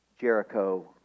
Jericho